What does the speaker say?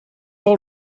all